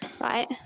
right